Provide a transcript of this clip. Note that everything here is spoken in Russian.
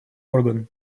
орган